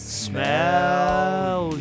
smell